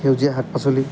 সেউজীয়া শাক পাচলি